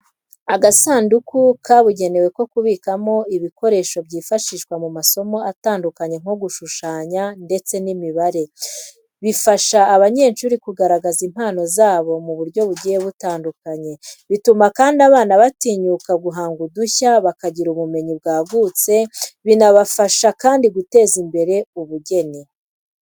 Agasanduku kabugenewe ko kubikamo ibikoresho byifashishwa mu masomo atandukanye nko gushushanya ndetse n'imibare. Bifasha abanyeshuri kugaragaza impano zabo mu buryo bugiye butandukanye, bituma kandi abana batinyuka guhanga udushya, bakagira ubumenyi bwagutse, binabafasha kandi guteza imbere ubugeni.